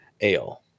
ale